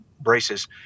braces